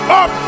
up